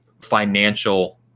financial